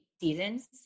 seasons